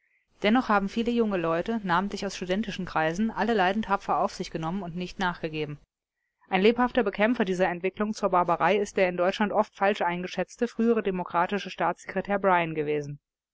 dennoch haben viele junge leute namentlich aus studentischen kreisen alle leiden tapfer auf sich genommen und nicht nachgegeben ein lebhafter bekämpfer dieser entwicklung zur barbarei ist der in deutschland oft falsch eingeschätzte frühere demokratische staatssekretär bryan gewesen